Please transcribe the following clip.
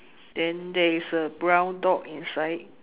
then there is a brown dog inside